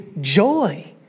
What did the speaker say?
joy